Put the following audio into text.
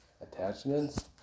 attachments